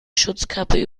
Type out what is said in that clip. schutzkappe